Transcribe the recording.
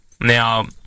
Now